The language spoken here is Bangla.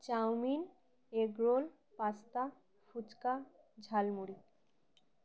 chowmein egg roll pasta fuchka jhalmuri